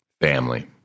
family